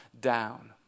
down